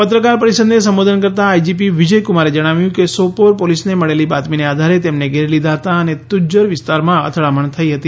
પત્રકાર પરિષદને સંબોધન કરતાં આઇજીપી વિજય કુમારે જણાવ્યું કે સોપોર પોલીસને મળેલી બાતમીને આધારે તેમને ઘેરી લીધા હતા અને તુજ્જર વિસ્તારમાં અથડામણ થઇ હતી